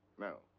no.